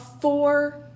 four